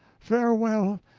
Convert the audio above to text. farewell!